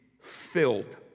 filled